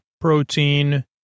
protein